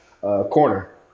corner